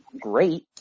great